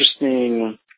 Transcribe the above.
interesting